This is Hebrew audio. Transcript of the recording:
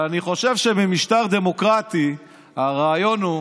אבל אני חושב שבמשטר דמוקרטי הרעיון הוא